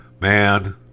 man